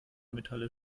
metalle